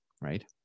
right